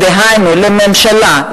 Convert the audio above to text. דהיינו לממשלה,